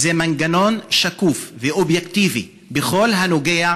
וזה מנגנון שקוף ואובייקטיבי בכל הנוגע